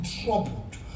troubled